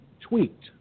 tweaked